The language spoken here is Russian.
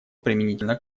применительно